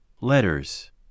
Letters